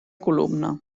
columna